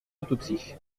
autopsie